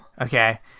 Okay